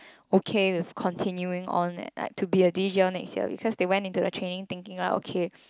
okay with continuing on and like to be a D_Jer on next year because they went into the training thinking like okay